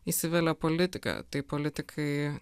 įsivelia politika tai politikai